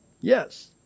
Yes